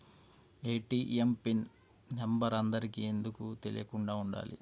ATM pin number అందరికి ఎందుకు తెలియకుండా ఉండాలి?